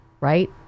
right